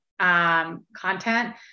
content